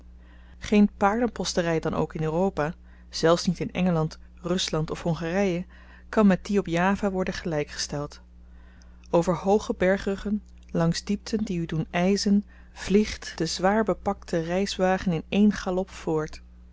geen paardenpostery dan ook in europa zelfs niet in engeland rusland of hongarye kan met die op java worden gelyk gesteld over hooge bergruggen langs diepten die u doen yzen vliegt de zwaar bepakte reiswagen in één galop voort